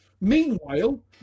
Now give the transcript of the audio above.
Meanwhile